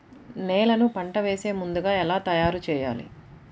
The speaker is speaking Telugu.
నేలను పంట వేసే ముందుగా ఎలా తయారుచేయాలి?